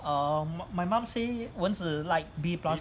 err my mum say 蚊子 like B plus